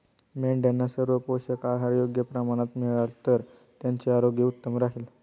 मेंढ्यांना सर्व पोषक आहार योग्य प्रमाणात मिळाला तर त्यांचे आरोग्य उत्तम राहील